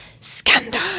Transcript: scandal